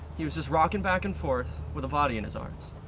he was just rocking back and forth with a body in his arms.